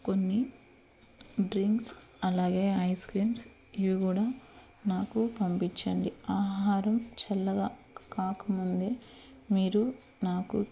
కొన్ని డ్రింక్స్ అలాగే ఐస్క్రీమ్స్ ఇవి కూడా నాకు పంపిచ్చండి ఆహారం చల్లగా కాకముందే మీరు నాకు